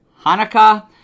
Hanukkah